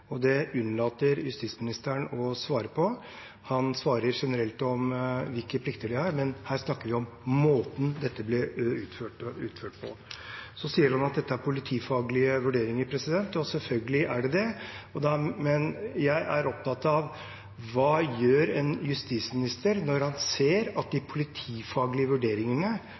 Det unnlater justisministeren å svare på. Han svarer generelt om hvilke plikter de har, men her snakker vi om måten dette ble utført på. Han sier at dette er politifaglige vurderinger. Selvfølgelig er det det, men jeg er opptatt av hva en justisminister gjør når han ser at de politifaglige vurderingene